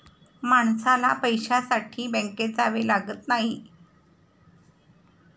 माणसाला पैशासाठी बँकेत जावे लागत नाही